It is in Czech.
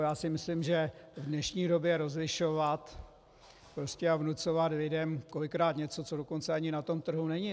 Já si myslím, že v dnešní době rozlišovat a vnucovat lidem kolikrát něco, co dokonce ani na tom trhu není.